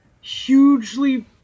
hugely